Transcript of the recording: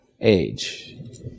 age